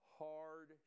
hard